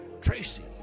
Tracy